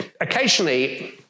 occasionally